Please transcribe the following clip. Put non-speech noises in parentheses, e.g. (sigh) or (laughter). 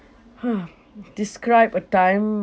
(noise) describe a time